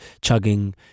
chugging